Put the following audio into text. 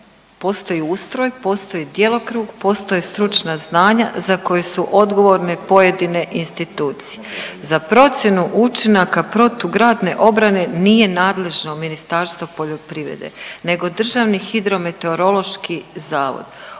postoji ustroj, postoji djelokrug, postoje stručna znanja za koje su odgovorne pojedine institucije. Za procjenu učinaka protugradne obrane nije nadležno Ministarstvo poljoprivrede nego Državni hidrometeorološki zavod.